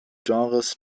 genres